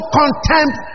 contempt